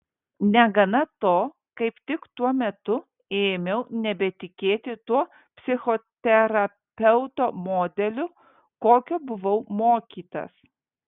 negana to kaip tik tuo metu ėmiau nebetikėti tuo psichoterapeuto modeliu kokio buvau mokytas